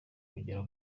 kugera